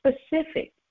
specific